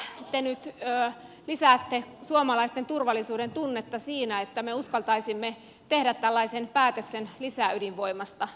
millä tavalla te nyt lisäätte suomalaisten turvallisuudentunnetta siinä että me uskaltaisimme tehdä tällaisen päätöksen lisäydinvoimasta